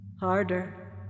harder